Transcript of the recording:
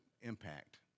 impact